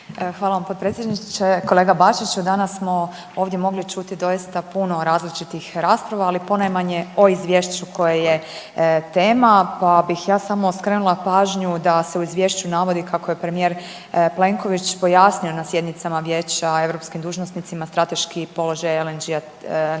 Hvala vam potpredsjedniče. Kolega Bačiću danas smo ovdje mogli čuti doista puno različitih rasprava, ali ponajmanje o izvješću koje je tema, pa bih ja samo skrenula pažnju da se u izvješću navodi kako je premijer Plenković pojasnio na sjednicama vijeća europskim dužnosnicima strateški položaj LNG-a na